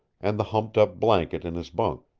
and the humped up blanket in his bunk,